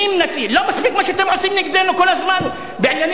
לא מספיק מה שאתם עושים נגדנו כל הזמן בענייני הווקף,